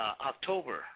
October